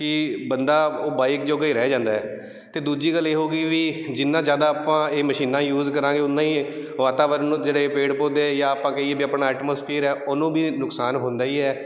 ਕਿ ਬੰਦਾ ਉਹ ਬਾਈਕ ਜੋਗਾ ਹੀ ਰਹਿ ਜਾਂਦਾ ਅਤੇ ਦੂਜੀ ਗੱਲ ਇਹ ਹੋ ਗਈ ਵੀ ਜਿੰਨਾ ਜ਼ਿਆਦਾ ਆਪਾਂ ਇਹ ਮਸ਼ੀਨਾਂ ਯੂਜ ਕਰਾਂਗੇ ਓਨਾ ਹੀ ਵਾਤਾਵਰਨ ਨੂੰ ਜਿਹੜੇ ਪੇੜ ਪੌਦੇ ਆ ਜਾਂ ਆਪਾਂ ਕਹੀਏ ਵੀ ਆਪਣਾ ਐਟਮੋਸਫੀਅਰ ਹੈ ਉਹਨੂੰ ਵੀ ਨੁਕਸਾਨ ਹੁੰਦਾ ਹੀ ਹੈ